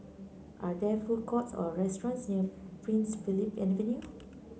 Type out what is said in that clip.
are there food courts or restaurants near Prince Philip Avenue